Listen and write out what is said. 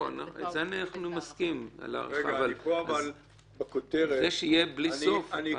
אני מסכים, על ההארכה, אבל זה שיהיה בלי סוף.